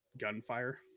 gunfire